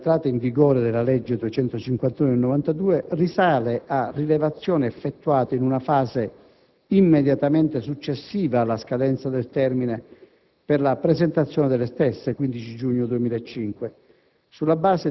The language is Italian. dall'entrata in vigore della legge n. 257 del 1992 risale a rilevazioni effettuate in una fase immediatamente successiva alla scadenza del termine per la presentazione delle stesse (15 giugno 2005),